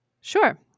Sure